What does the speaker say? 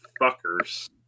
fuckers